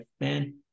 man